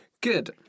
Good